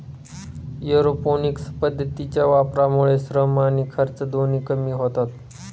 aeroponics पद्धतीच्या वापरामुळे श्रम आणि खर्च दोन्ही कमी होतात